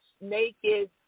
naked